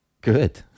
Good